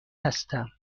هستم